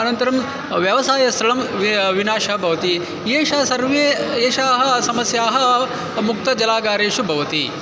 अनन्तरं व्यवसायस्थलस्य वि विनाशः भवति एषाः सर्वाः एषाः समस्याः मुक्तजलागारेषु भवन्ति